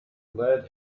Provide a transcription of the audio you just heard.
lead